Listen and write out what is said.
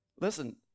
Listen